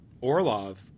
Orlov